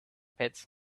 pits